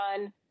run